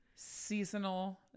Seasonal